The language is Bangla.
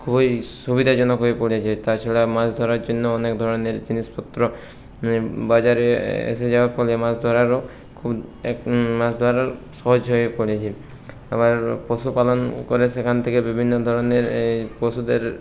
খুবই সুবিধাজনক হয়ে পড়েছে তাছাড়া মাছ ধরার জন্য অনেক ধরনের জিনিসপত্র বাজারে এসে যাওয়ার ফলে মাছ ধরারও মাছ ধরা সহজ হয়ে পড়েছে আবার পশুপালন করে সেখান থেকে বিভিন্ন ধরনের এই পশুদের